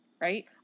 Right